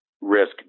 risk